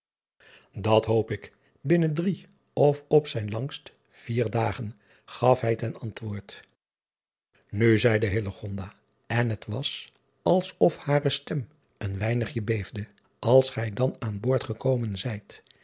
at hoop ik binnen drie of op zijn langst vier dagen gaf hij ten antwoord u zeide en het was als of hare stem een weinigje beefde als gij dan aan boord gekomen zijt